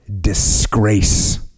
disgrace